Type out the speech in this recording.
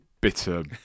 bitter